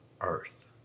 earth